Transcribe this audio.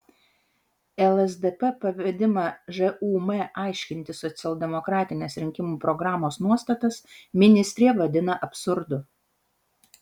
lsdp pavedimą žūm aiškinti socialdemokratinės rinkimų programos nuostatas ministrė vadina absurdu